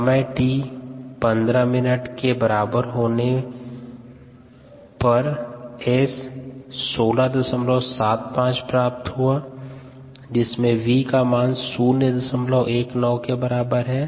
समय t 15 मिनट के बराबर होने पर S 1675 होता है जिसमे v का मान 019 के बराबर है